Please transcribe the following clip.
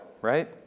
right